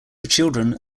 children